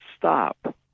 stop